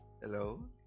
hello